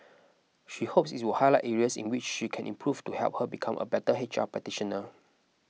she hopes it would highlight areas in which she can improve to help her become a better H R practitioner